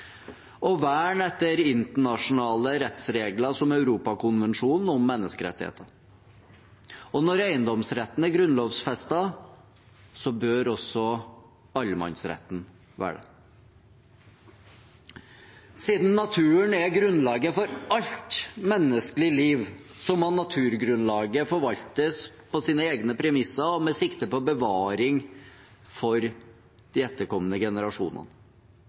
og vern etter internasjonale rettsregler som Den europeiske menneskerettskonvensjon. Når eiendomsretten er grunnlovfestet, bør også allemannsretten være det. Siden naturen er grunnlaget for alt menneskelig liv, må naturgrunnlaget forvaltes på sine egne premisser, med sikte på bevaring for de etterkommende generasjonene.